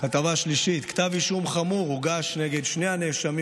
כתבה שלישית: "כתב אישום חמור הוגש נגד שני נאשמים